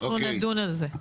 נדון על זה.